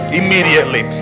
immediately